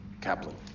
kaplan